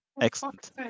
Excellent